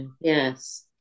Yes